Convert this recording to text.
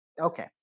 Okay